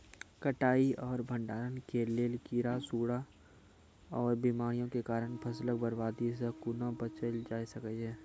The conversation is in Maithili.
कटाई आर भंडारण के लेल कीड़ा, सूड़ा आर बीमारियों के कारण फसलक बर्बादी सॅ कूना बचेल जाय सकै ये?